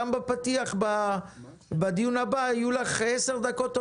גם בפתיח בדיון הבא יהיו לך עשר דקות או